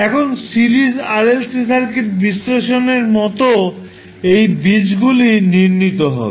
এখন series RLC circuit বিশ্লেষণ এর মতো এই বীজগুলি নির্ণীত হবে